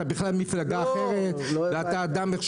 אתה ממפלגה אחרת ואתה אדם...